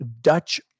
Dutch